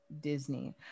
Disney